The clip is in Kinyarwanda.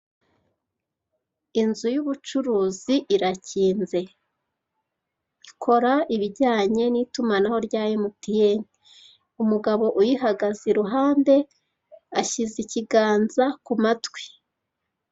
Inzu y'ubucuruzi irakinze ikora ibijyanye n'itumanaho rya emutiyeni umugabo uyihagaze iruhande ashyize ikiganza ku matwi.